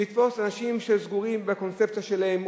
לתפוס אנשים שסגורים בקונספציה שלהם,